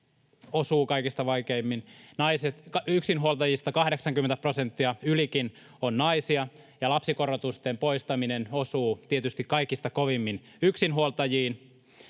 osuu kaikista vaikeimmin. Yksinhuoltajista 80 prosenttia, ylikin, on naisia, ja lapsikorotusten poistaminen osuu tietysti kaikista kovimmin yksinhuoltajiin.